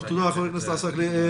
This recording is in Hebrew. טוב, תודה, חבר הכנסת עסאקלה.